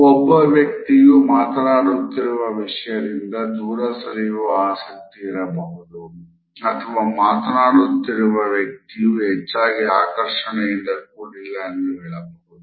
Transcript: ಒಬ್ಬ ವ್ಯಕ್ತಿಯು ಮಾತನಾಡುತ್ತಿರುವ ವಿಷಯದಿಂದ ದೂರ ಸರಿಯುವ ಆಸಕ್ತಿ ಇರಬಹುದು ಅಥವಾ ಮಾತನಾಡುತ್ತಿರುವ ವ್ಯಕ್ತಿಯು ಹೆಚ್ಚಾಗಿ ಆಕರ್ಷಣೆಯಿಂದ ಕೂಡಿಲ್ಲ ಎಂದು ಹೇಳಬಹುದು